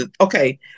Okay